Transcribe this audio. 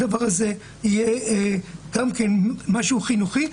הדבר הזה יהיה גם כן משהו חינוכי.